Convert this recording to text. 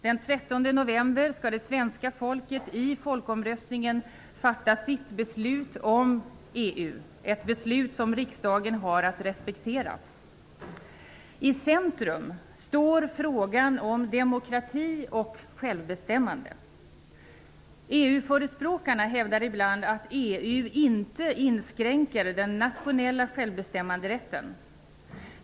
Den 13 november skall det svenska folket i folkomröstningen fatta sitt beslut om EU. Det är ett beslut som riksdagen har att respektera. I centrum står frågan om demokrati och självbestämmande. EU-förespråkarna hävdar ibland att EU inte inskränker den nationella självbestämmanderätten.